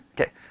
Okay